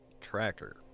tracker